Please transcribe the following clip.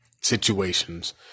situations